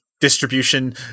distribution